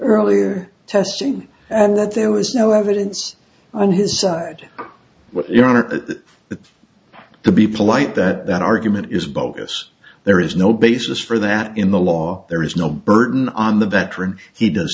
earlier testing and that there was no evidence on his side with your honor to be polite that argument is bogus there is no basis for that in the law there is no burden on the veteran he does